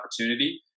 opportunity